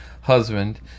husband